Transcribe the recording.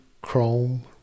Chrome